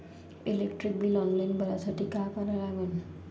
Electric bill online भरासाठी का करा लागन?